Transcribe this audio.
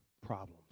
Problems